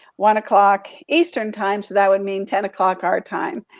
one o'clock eastern time, so that would mean ten o'clock our time.